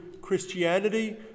Christianity